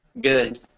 good